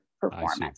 performance